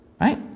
Right